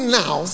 now